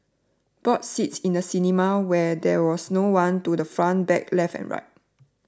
bought seats in the cinema where there was no one to the front back left and right